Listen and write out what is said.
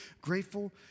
grateful